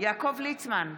יעקב ליצמן,